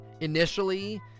initially